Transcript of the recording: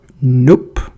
Nope